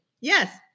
Yes